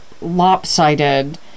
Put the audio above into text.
lopsided